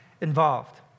involved